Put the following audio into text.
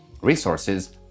resources